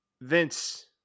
Vince